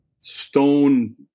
stone